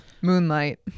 moonlight